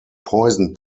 poison